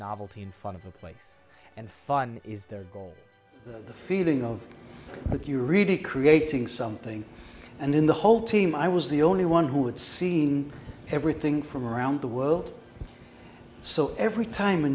novelty and fun of the place and fun is their goal the feeling of what you really creating something and then the whole team i was the only one who had seen everything from around the world so every time a